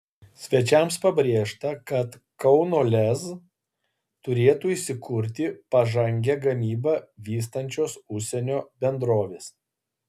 svečiams pabrėžta kad kauno lez turėtų įsikurti pažangią gamybą vystančios užsienio bendrovės